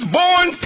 born